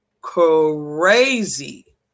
crazy